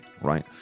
right